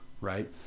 right